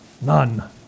none